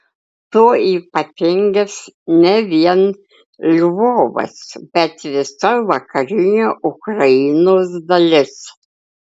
tuo ypatingas ne vien lvovas bet visa vakarinė ukrainos dalis